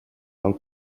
del